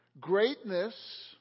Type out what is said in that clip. greatness